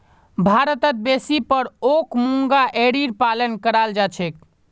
भारतत बेसी पर ओक मूंगा एरीर पालन कराल जा छेक